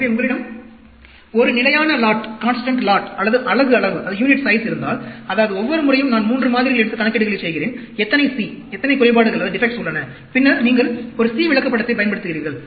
எனவே உங்களிடம் ஒரு நிலையான லாட் அல்லது அலகு அளவு இருந்தால் அதாவது ஒவ்வொரு முறையும் நான் 3 மாதிரிகள் எடுத்து கணக்கீடுகளைச் செய்கிறேன் எத்தனை C எத்தனை குறைபாடுகள் உள்ளன பின்னர் நீங்கள் ஒரு C விளக்கப்படத்தைப் பயன்படுத்துகிறீர்கள்